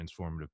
transformative